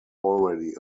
already